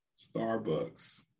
Starbucks